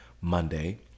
Monday